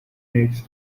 next